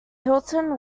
hilton